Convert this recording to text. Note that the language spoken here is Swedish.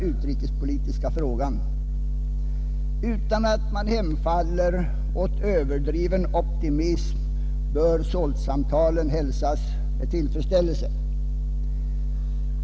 Utan att man hemfaller åt överdriven optimism bör SALT-samtalen hälsas med tillfredsställelse.